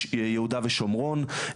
יהודה ושומרון,